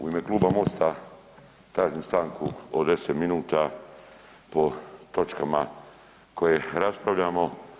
U ime Kluba MOST-a tražim stanku od 10 minuta po točkama koje raspravljamo.